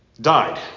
died